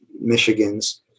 Michigan's